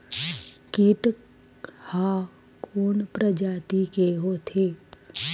कीट ह कोन प्रजाति के होथे?